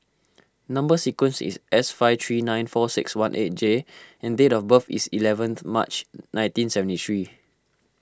Number Sequence is S five three nine four six one eight J and date of birth is eleventh March nineteen seventy three